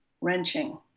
wrenching